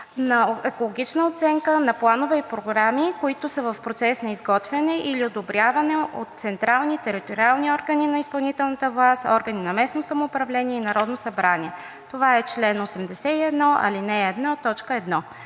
на екологична оценка на планове и програми, които са в процес на изготвяне или одобряване от централни и териториални органи на изпълнителната власт, органи на местно самоуправление и Народното събрание – това е чл. 81, ал. 1, т. 1.